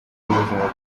ubuzima